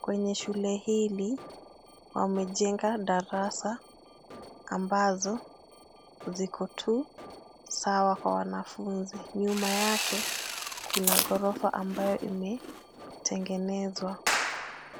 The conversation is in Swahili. Kwenye shule hili, wamejenga darasa ambazo ziko tu sawa kwa wanafunzi. Nyuma yake kuna ghorofa ambayo imetengenezwa.